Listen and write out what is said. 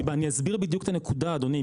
ואני אסביר בדיוק את הנקודה אדוני.